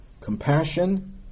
compassion